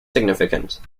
significant